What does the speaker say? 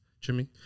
Jimmy